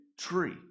tree